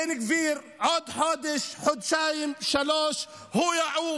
בן גביר, עוד חודש, חודשיים, שלושה, הוא יעוף,